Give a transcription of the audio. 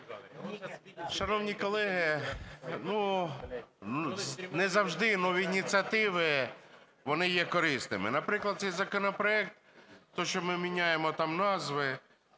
Шановні колеги, не завжди нові ініціативи вони є корисними. Наприклад, цей законопроект, те, що ми міняємо там назви,